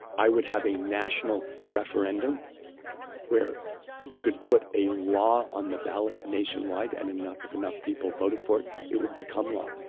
i would have a national referendum where we could put a law on the ballot nationwide and if enough people voted for it, it would become law.